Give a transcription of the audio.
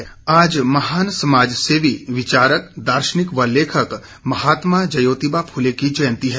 जयंती आज महान समाजसेवी विचारक दार्शनिक व लेखक महात्मा ज्योतिबा फूले की जयंती है